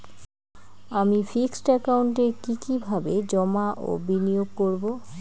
আমি ফিক্সড একাউন্টে কি কিভাবে জমা ও বিনিয়োগ করব?